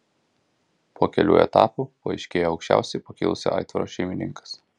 po kelių etapų paaiškėjo aukščiausiai pakilusio aitvaro šeimininkas